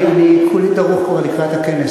אני כולי דרוך כבר לקראת הכנס.